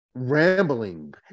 rambling